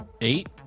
Eight